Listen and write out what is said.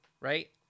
right